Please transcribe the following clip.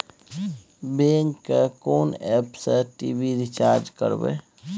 Bank के कोन app से टी.वी रिचार्ज करबे?